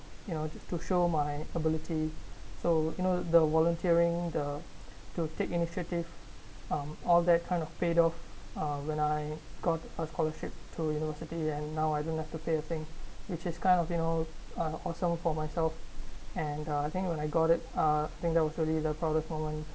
you know to show my ability so you know the volunteering the to take initiative um all that kind of paid off when I got a scholarship to university and now I didn't have to pay a thing which is kind of you know awesome for myself and uh I think when I got it uh I think that was probably the proudest moment